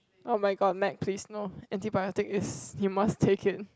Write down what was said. oh-my-god please no antibiotic is you must take it